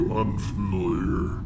unfamiliar